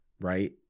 Right